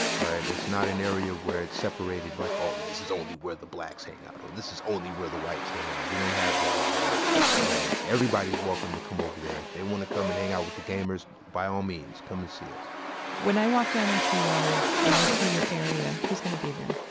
right. it's not an area where it's separated like, oh, this is only where the blacks hang out. or, this is only where the whites hang out. we don't have that over there everybody's welcome to come over there, and if they want to come and hang out with the gamers, by all means, come and see us when i walk down into the yard, when i see your area who's going to be there?